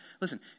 Listen